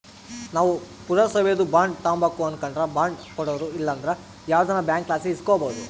ನಾವು ಪುರಸಬೇದು ಬಾಂಡ್ ತಾಂಬಕು ಅನಕಂಡ್ರ ಬಾಂಡ್ ಕೊಡೋರು ಇಲ್ಲಂದ್ರ ಯಾವ್ದನ ಬ್ಯಾಂಕ್ಲಾಸಿ ಇಸ್ಕಬೋದು